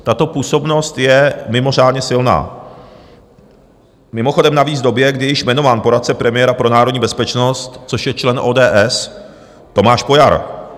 Tato působnost je mimořádně silná, mimochodem navíc v době, kdy již je jmenován poradce premiéra pro národní bezpečnost, což je člen ODS Tomáš Pojar.